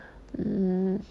mm